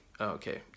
Okay